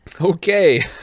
Okay